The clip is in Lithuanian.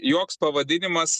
joks pavadinimas